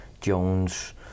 Jones